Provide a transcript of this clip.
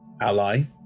ally